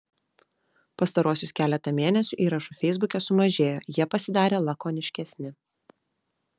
pastaruosius keletą mėnesių įrašų feisbuke sumažėjo jie pasidarė lakoniškesni